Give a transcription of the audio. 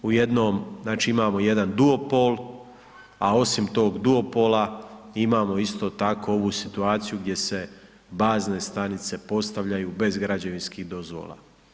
U jednom, znači imamo jedan duopol a osim tog dopola imamo isto tako ovu situaciju, gdje se bazne stanice postavljaju bez građevinskih dozvola.